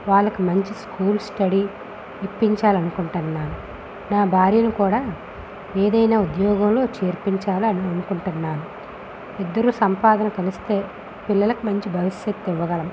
వాళ్ళకి మంచి school study ఇప్పించాలి అనుకుంటున్నాను నా భార్యను కూడా ఏదైనా ఉద్యోగంలో చేర్పించాలి అని అనుకుంటున్నాను ఇద్దరి సంపాదన కలిస్తే పిల్లలకు మంచి భవిష్యత్తు ఇవ్వగలం